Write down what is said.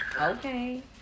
okay